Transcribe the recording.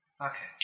Okay